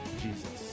Jesus